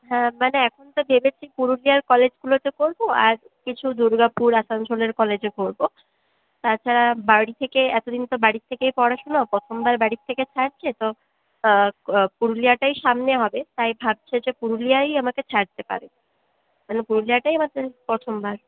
হ্যাঁ মানে এখন তো ভেবেছি পুরুলিয়ার কলেজগুলোতে করবো আর কিছু দুর্গাপুর আসানসোলের কলেজে করবো তাছাড়া বাড়ি থেকে এতদিন তো বাড়ি থেকে পড়াশুনো প্রথমবার বাড়ির থেকে ছাড়ছে তো পুরুলিয়াটাই সামনে হবে তাই ভাবছি যে পুরুলিয়া এই আমাকে ছাড়তে পারে মানে পুরুলিয়াটাই আমার জন্য প্রথমবার